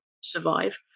survive